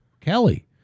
Kelly